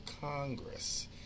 Congress